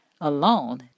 alone